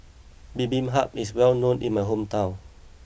Bibimbap is well known in my hometown